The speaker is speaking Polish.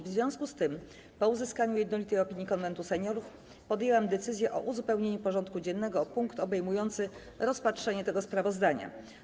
W związku z tym, po uzyskaniu jednolitej opinii Konwentu Seniorów, podjęłam decyzję o uzupełnieniu porządku dziennego o punkt obejmujący rozpatrzenie tego sprawozdania.